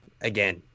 again